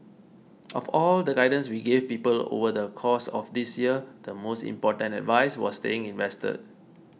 of all the guidance we gave people over the course of this year the most important advice was staying invested